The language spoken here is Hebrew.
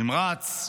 נמרץ,